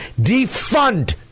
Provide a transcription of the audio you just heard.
Defund